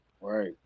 Right